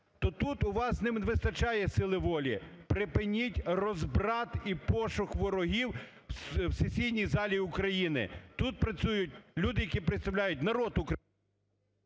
То тут у вас не вистачає силі волі. Припиніть розбрат і пошук ворогів в сесійній залі України. Тут працюють люди, які представляють народ України.